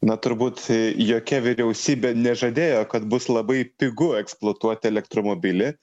na turbūt jokia vyriausybė nežadėjo kad bus labai pigu eksploatuoti elektromobilį